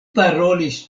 parolis